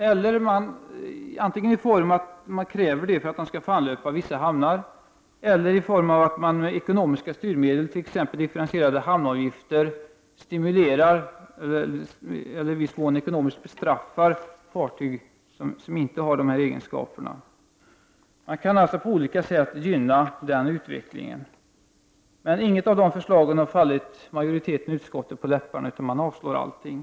Man kan antingen kräva att fartyg skall vara byggda på det sättet för att få anlöpa vissa hamnar eller också kan man ta till ekonomiska styrmedel, exempelvis differentierade hamnavgifter, för att bestraffa fartyg som inte har de önskvärda egenskaperna. Men inget av de förslagen har fallit utskottsmajoriteten på läppen, utan utskottet har avstyrkt allting.